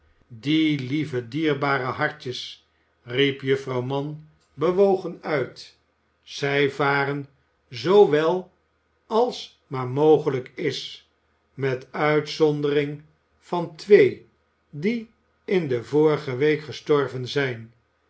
die lieve dierbare hartjes riep juffrouw mann bewogen uit zij varen zoo wel als maar mogelijk is met uitzondering van twee die in de vorige week gestorven zijn